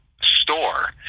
store